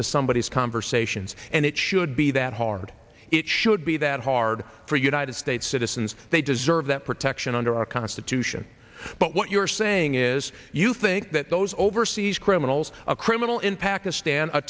to somebody else conversations and it should be that hard it should be that hard for united states citizens they deserve that protection under our constitution but what you're saying is you think that those overseas criminals a criminal in pakistan a